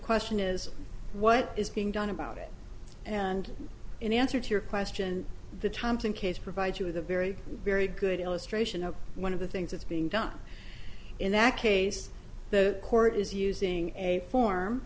question is what is being done about it and in answer to your question the thompson case provides you with a very very good illustration of one of the things that's being done in that case the court is using a form